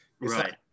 right